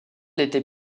était